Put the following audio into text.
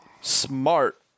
smart